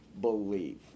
believe